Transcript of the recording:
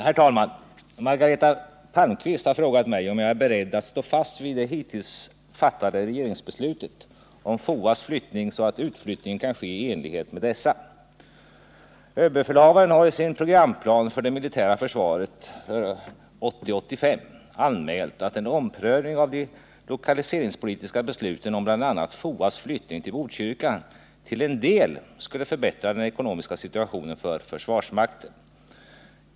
Herr talman! Margareta Palmqvist har frågat mig om jag är beredd att stå fast vid hittills fattade regeringsbeslut om FOA:s flyttning, så att utflyttningen kan ske i enlighet med dessa. Överbefälhavaren har i sin programplan för det militära försvaret 1980-1985 anmält att en omprövning av de lokaliseringspolitiska besluten om bl.a. FOA:s flyttning till Botkyrka till en del skulle förbättra den ekonomiska situationen för försvarsmakten.